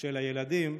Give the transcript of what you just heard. של הילדים,